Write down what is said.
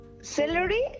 Celery